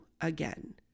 again